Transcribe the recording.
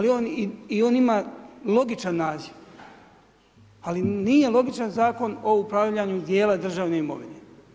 I on ima logičan naziv ali nije logičan Zakon o upravljanju dijela državne imovine.